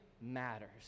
matters